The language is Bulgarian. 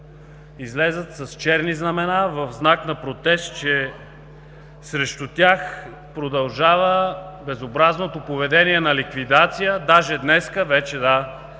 излязат с черни знамена в знак на протест, че срещу тях продължава безобразното поведение на ликвидация, даже днес вече, да,